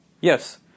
yes